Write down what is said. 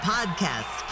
Podcast